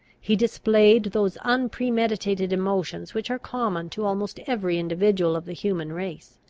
he displayed those unpremeditated emotions which are common to almost every individual of the human race.